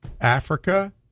Africa